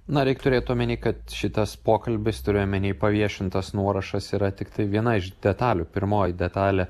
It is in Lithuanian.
na reik turėt omeny kad šitas pokalbis turiu omeny paviešintas nuorašas yra tiktai viena iš detalių pirmoji detalė